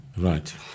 Right